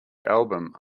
album